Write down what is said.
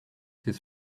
his